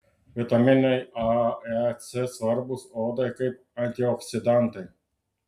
vitaminai a e c svarbūs odai kaip antioksidantai